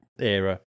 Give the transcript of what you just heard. era